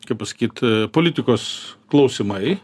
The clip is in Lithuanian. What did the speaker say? kaip pasakyt politikos klausimai